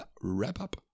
wrap-up